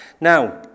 Now